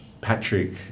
Patrick